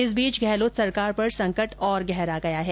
इस बीच गहलोत सरकार पर संकट और गहरा गया है